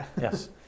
Yes